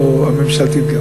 וגם ממשלתית.